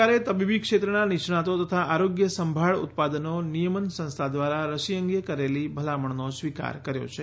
સરકારે તબીબી ક્ષેત્રના નિષ્ણાંતો તથા આરોગ્ય સંભાળ ઉત્પાદનો નિયમન સંસ્થા દ્વારા રસી અંગે કરેલી ભલામણોનો સ્વીકાર કર્યો છે